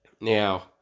Now